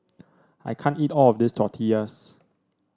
I can't eat all of this Tortillas